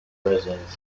residents